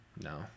No